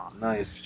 Nice